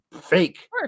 fake